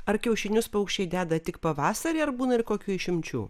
ar kiaušinius paukščiai deda tik pavasarį ar būna ir kokių išimčių